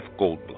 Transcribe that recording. Goldblum